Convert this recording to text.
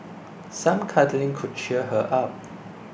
some cuddling could cheer her up